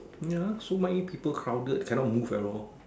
ya so many people crowded can not move at all